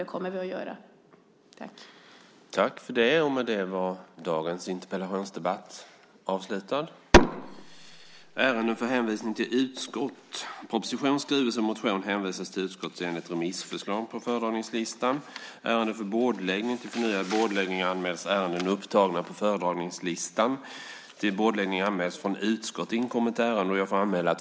Det kommer vi också att göra.